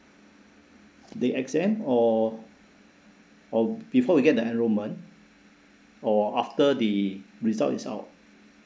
the exam or or before we get the enrollment or after the result is out